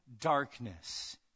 darkness